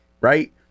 right